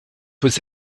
was